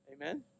Amen